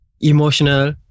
emotional